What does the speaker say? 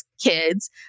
kids